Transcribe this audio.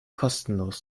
kostenlos